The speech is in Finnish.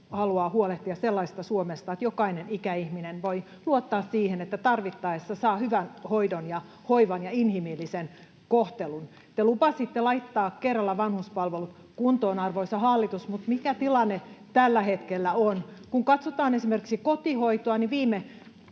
haluaa huolehtia sellaisesta Suomesta, että jokainen ikäihminen voi luottaa siihen, että tarvittaessa saa hyvän hoidon ja hoivan ja inhimillisen kohtelun. Te lupasitte laittaa kerralla vanhuspalvelut kuntoon, arvoisa hallitus, mutta mikä tilanne tällä hetkellä on? Kun katsotaan esimerkiksi kotihoitoa, niin viime